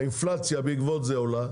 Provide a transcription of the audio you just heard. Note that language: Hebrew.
האינפלציה עולה בעקבות זה,